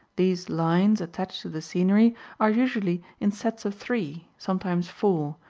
these lines attached to the scenery are usually in sets of three, sometimes four,